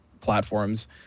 platforms